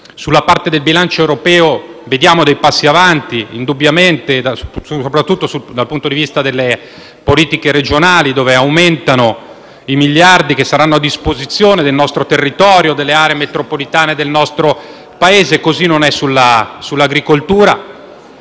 sulla parte del bilancio europeo vediamo indubbiamente dei passi avanti, soprattutto dal punto di vista delle politiche regionali, dove aumentano i miliardi che saranno a disposizione del nostro territorio, delle aree metropolitane del nostro Paese. Così non è sulla sull'agricoltura;